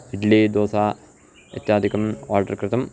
इड्ली दोसा इत्यादिकम् आर्डर् कृतम्